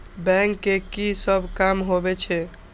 Bank के की सब काम होवे छे?